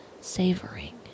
savoring